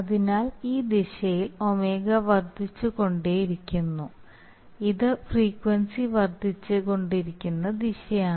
അതിനാൽ ഈ ദിശയിൽ ω വർദ്ധിച്ചുകൊണ്ടിരിക്കുന്നു അതിനാൽ ഇത് ഫ്രീക്വൻസി വർദ്ധിച്ചുകൊണ്ടിരിക്കുന്ന ദിശയാണ്